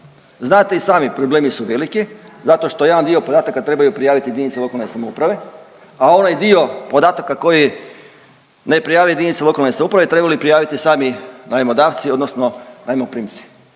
Znate i sami, problemi su veliki zato što jedan dio podataka trebaju prijaviti jedinice lokalne samouprave, a onaj dio podatak koji ne prijave jedinice lokalne samouprave trebali prijaviti sami najmodavci odnosno najmoprimci,